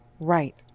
Right